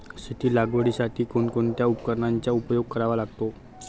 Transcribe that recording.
शेती लागवडीसाठी कोणकोणत्या उपकरणांचा उपयोग करावा लागतो?